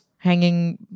hanging